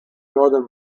northern